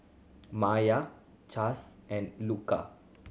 Myah Chace and Luka